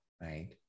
right